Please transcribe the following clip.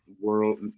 world